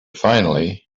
finally